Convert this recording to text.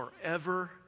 forever